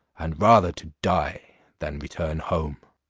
and rather to die than return home.